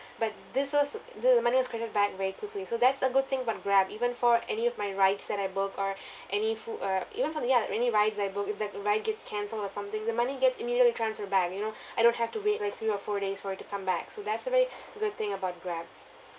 but this was the the money was credited back very quickly so that's a good thing about grab even for any of my rides that I book or any food uh even for the ya any rides I book if that ride gets cancelled or something the money get immediately transferred back you know I don't have to wait like three or four days for it to come back so that's a very good thing about grab